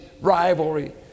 rivalry